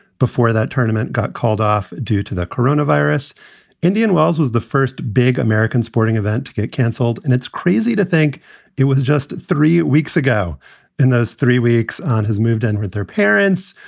before that tournament got called off due to the coronavirus, indian wells was the first big american sporting event to get canceled. and it's crazy to think it was just three weeks ago in those three weeks on has moved in with their parents,